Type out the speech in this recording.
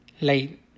Late